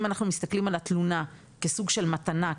אם אנחנו מסתכלים על התלונה כסוג של מתנה,